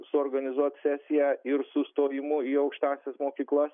suorganizuot sesiją ir su stojimu į aukštąsias mokyklas